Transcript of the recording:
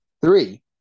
Three